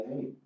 hey